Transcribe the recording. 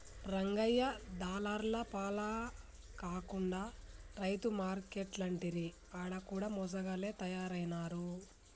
రంగయ్య దళార్ల పాల కాకుండా రైతు మార్కేట్లంటిరి ఆడ కూడ మోసగాళ్ల తయారైనారు